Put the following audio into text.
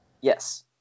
Yes